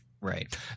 Right